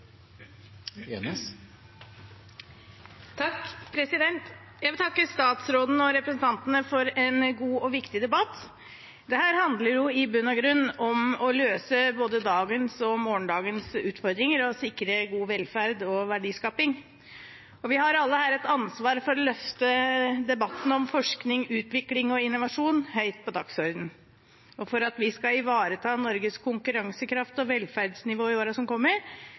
Jeg vil takke statsråden og representantene for en god og viktig debatt. Dette handler i bunn og grunn om å løse både dagens og morgendagens utfordringer og sikre god velferd og verdiskaping. Og vi har alle her et ansvar for å løfte debatten om forskning, utvikling og innovasjon høyt på dagsordenen. For at vi skal ivareta Norges konkurransekraft og velferdsnivå i årene som kommer,